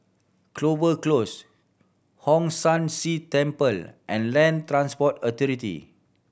Clover Close Hong San See Temple and Land Transport Authority